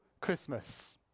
Christmas